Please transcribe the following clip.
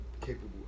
capable